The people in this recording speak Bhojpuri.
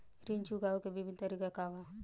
ऋण चुकावे के विभिन्न तरीका का बा?